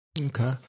Okay